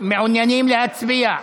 מעוניינים להצביע?